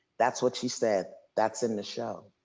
that's what she said. that's in the show.